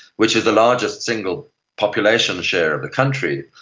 which is the largest single population share of the country,